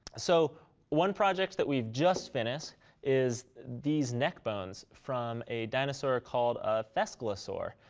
so one project that we've just finished is these neck bones from a dinosaur called a fesklasaur.